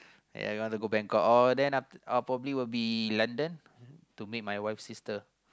ya we wanna go Bangkok or then after will probably be London to meet my wife sister